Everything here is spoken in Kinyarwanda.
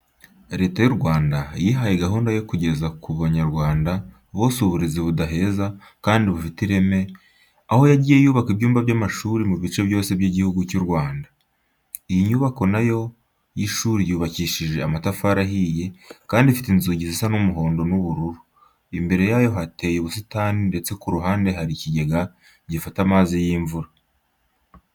Leta y'u Rwanda yihaye gahunda yo kugeza ku Banyarwanda bose uburezi budaheza kandi bufite ireme, aho yagiye yubaka ibyumba by'amashuri mu bice byose by'Igihugu cy'u Rwanda. Iyi nyubako na yo y'ishuri yubakishije amatafari ahiye kandi ifite inzugi zisa umuhondo n'ubururu. Imbere yayo hateye ubusitani ndetse ku ruhande hari ikigega gifata amazi y'imvura.